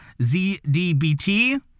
zdbt